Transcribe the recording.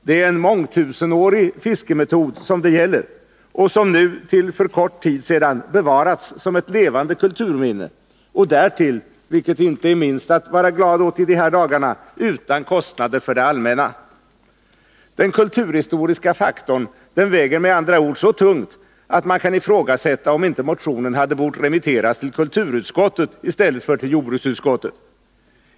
Det är en mångtusenårig fiskemetod som det gäller, som nu till för kort tid sedan bevarats som ett levande kulturminne — och därtill, vilket man inte minst kan vara glad åt i dessa dagar, utan kostnader för det allmänna. Den kulturhistoriska faktorn väger med andra ord så tungt att man kan ifrågasätta om inte motionen hade bort remitteras till kulturutskottet i stället för till jordbruksutskottet.